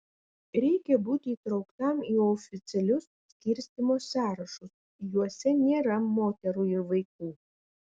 reikia būti įtrauktam į oficialius skirstymo sąrašus juose nėra moterų ir vaikų